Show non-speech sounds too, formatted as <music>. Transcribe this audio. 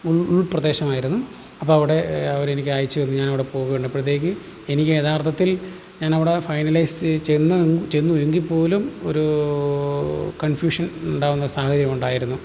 ഉൾ ഉൾപ്രദേശമായിരുന്നു അപ്പോള് അവിടെ അവരെനിക്ക് അയച്ചുതന്നു ഞാൻ അവിടെ പോകുക <unintelligible> അപ്പോഴത്തേക്ക് എനിക്ക് യഥാർത്ഥത്തിൽ ഞാനവിടെ ഫൈനലൈസ് ചെന്ന് ചെന്നു എങ്കില്പ്പോലും ഒരൂ കൺഫ്യൂഷൻ ഉണ്ടാകുന്ന സാഹചര്യം ഉണ്ടായിരുന്നു